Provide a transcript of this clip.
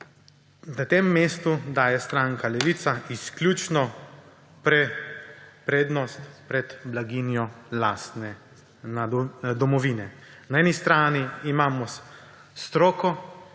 Na tem mestu daje stranka Levica izključno prednost pred blaginjo lastne domovine. Na eni strani imamo stroko,